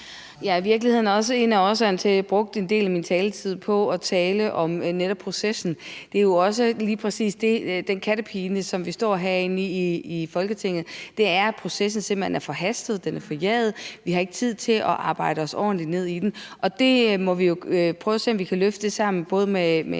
er i virkeligheden også en af årsagerne til, at jeg brugte en del af min taletid på at tale om netop processen. Det er jo også lige præcis den kattepine, som vi står i herinde i Folketinget. Det er, at processen simpelt hen er forhastet, den er forjaget, vi har ikke tid til at arbejde os ordentligt ned i den, og det må vi jo sammen prøve at se om vi kan løfte med en